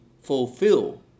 fulfill